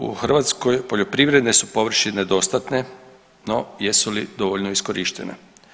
U Hrvatskoj poljoprivredne su površine dostatne, no jesu li dovoljno iskorištene.